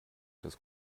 des